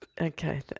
Okay